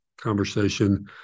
conversation